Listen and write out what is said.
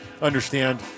understand